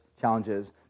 challenges